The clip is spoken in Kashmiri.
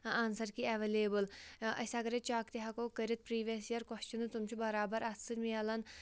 آنسَر کی اٮ۪ویلیبٕل أسۍ اگرے چَک تہِ ہٮ۪کو کٔرِتھ پرٛیٖویَس یِیَر کۄسچَنٕز تٕم چھِ بَرابَر اَتھٕ سۭتۍ ملَن